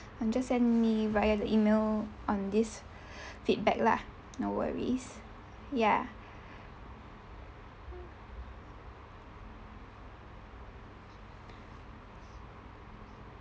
uh just send me via the email on this feedback lah no worries ya